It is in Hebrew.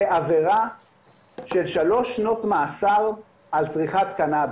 זה עבירה של שלוש שנות מאסר על צריכת קנאביס.